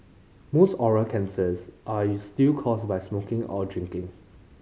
most oral cancers are still caused by smoking or drinking